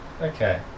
Okay